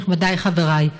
נכבדי, חברי,